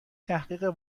تحقیق